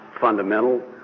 fundamental